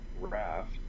raft